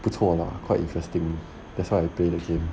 不错 lah quite interesting that's why I play the game